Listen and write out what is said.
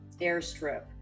airstrip